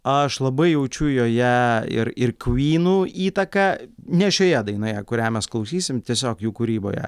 aš labai jaučiu joje ir ir kvynų įtaką ne šioje dainoje kurią mes klausysim tiesiog jų kūryboje